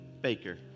Baker